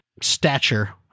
stature